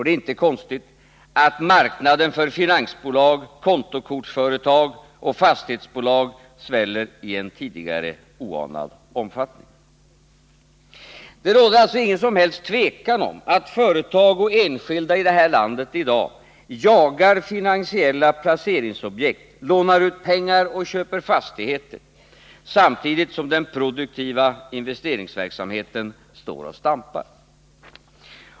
Det är inte konstigt att marknaden för finansbolag, kontokortsföretag och fastighetsbolag sväller i en tidigare oanad omfattning. Det råder alltså inget som helst tvivel om att företag och enskilda i det här landet i dag jagar finansiella placeringsobjekt, lånar ut pengar och köper 37 fastigheter, samtidigt som den produktiva investeringsverksamheten står och stampar.